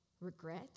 regret